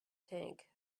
tank